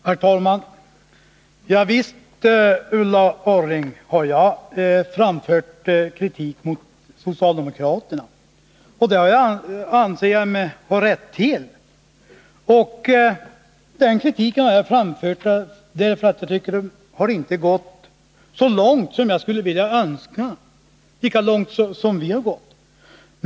Herr talman! Ja visst, Ulla Orring, har jag framfört kritik mot socialdemokraterna, och det anser jag mig också ha rätt att göra. Den kritiken har jag framfört därför att jag anser att de inte har gått så långt som jag skulle ha önskat, dvs. lika långt som vi har gått.